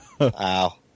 wow